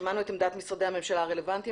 ושמענו את עמדת משרדי הממשלה הרלוונטיים